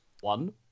One